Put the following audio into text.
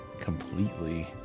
completely